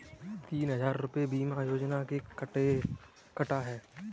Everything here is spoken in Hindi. तीन हजार रूपए बीमा योजना के कटा है